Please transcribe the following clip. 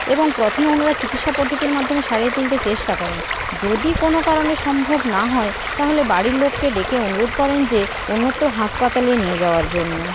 এবং প্রথমে ওনারা চিকিৎসা পদ্ধতির মাধ্যমে সারিয়ে তুলতে চেষ্টা করেন যদি কোন কারণে সম্ভব না হয় তাহলে বাড়ির লোককে ডেকে অনুরোধ করেন যে অন্যত্র হাসপাতালে নিয়ে যাওয়ার জন্য